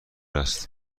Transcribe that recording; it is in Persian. است